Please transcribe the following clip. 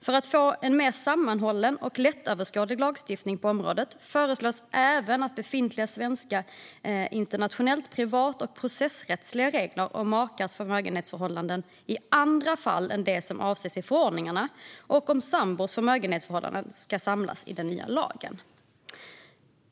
För att få en mer sammanhållen och lättöverskådlig lagstiftning på området föreslås även att befintliga svenska internationellt privat och processrättsliga regler om makars förmögenhetsförhållanden i andra fall än som avses i förordningarna och om sambors förmögenhetsförhållanden ska samlas i den nya lagen.